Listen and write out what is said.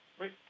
Wait